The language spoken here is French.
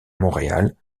montréal